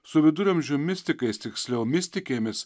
su viduramžių mistikais tiksliau mistikėmis